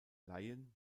laien